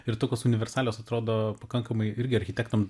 ir tokios universalios atrodo pakankamai irgi architektam